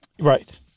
Right